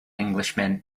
englishman